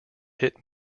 hit